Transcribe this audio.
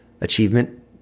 achievement